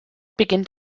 beginnt